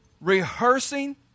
rehearsing